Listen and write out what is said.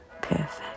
perfect